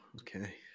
Okay